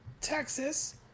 Texas